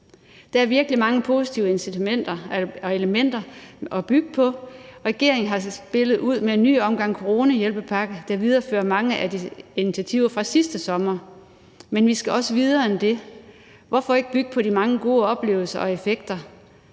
Der er virkelig mange positive elementer at bygge på. Regeringen har spillet ud med en ny omgang coronahjælpepakke, der viderefører mange af initiativerne fra sidste sommer, men vi skal også videre end det. Hvorfor ikke bygge på de mange gode oplevelser og effekter,